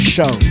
Show